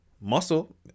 muscle